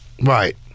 Right